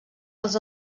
els